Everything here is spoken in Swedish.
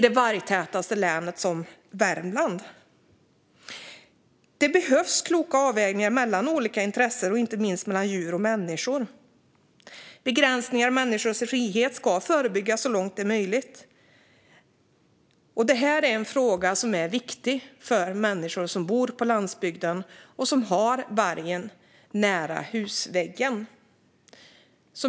Det behövs kloka avvägningar mellan olika intressen, inte minst mellan djur och människor. Begränsningar av människors frihet ska förebyggas så långt som möjligt, och denna fråga är viktig för människor som bor på landsbygden och har varg nära husknuten.